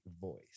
voice